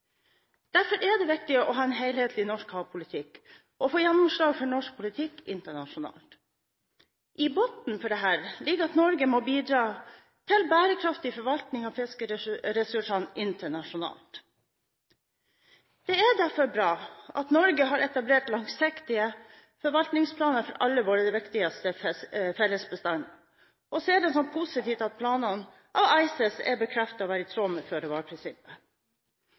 Derfor er det viktig å ha en helhetlig norsk havpolitikk og å få gjennomslag for norsk politikk internasjonalt. I bunnen for dette ligger det at Norge må bidra til en bærekraftig forvaltning av fiskeressursene internasjonalt. Det er derfor bra at Norge har etablert langsiktige forvaltningsplaner for alle våre viktige fellesbestander, og ser det som positivt at planene av ICES er bekreftet å være i tråd med føre-var-prinsippet. Det